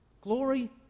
Glory